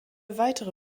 weitere